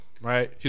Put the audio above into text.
Right